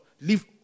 Leave